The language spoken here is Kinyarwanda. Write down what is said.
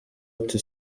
ati